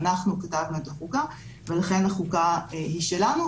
אנחנו כתבנו את החוקה ולכן החוקה היא שלנו,